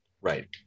Right